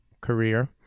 career